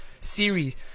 series